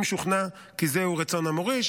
אם שוכנע כי זהו רצון המוריש.